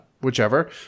whichever